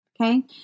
okay